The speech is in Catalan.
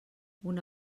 una